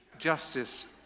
justice